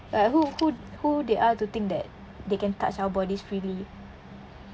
but who who who they are to think that they can touch our bodies freely